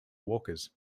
walkers